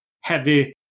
heavy